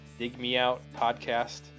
digmeoutpodcast